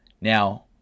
Now